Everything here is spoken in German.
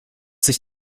sich